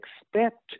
expect